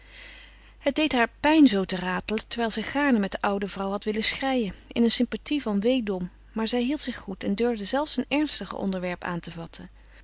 het deed haar pijn zoo te ratelen terwijl zij gaarne met de oude vrouw had willen schreien in een sympathie van weedom maar zij hield zich goed en durfde zelfs een ernstiger onderwerp aan te vatten